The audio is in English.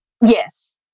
Yes